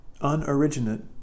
unoriginate